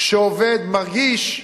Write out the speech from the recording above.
שעובד, מרגיש: